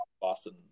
Boston